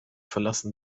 verlassen